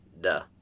duh